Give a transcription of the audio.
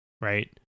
Right